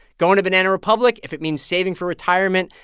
going to banana republic, if it means saving for retirement,